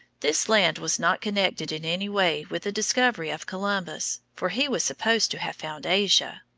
this land was not connected in any way with the discovery of columbus, for he was supposed to have found asia.